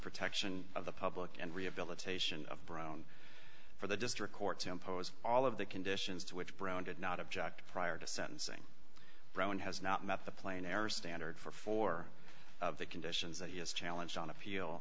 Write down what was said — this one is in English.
protection of the public and rehabilitation of brown for the district court to impose all of the conditions to which brown did not object prior to sentencing brown has not met the plain error standard for four of the conditions that he has challenged on appeal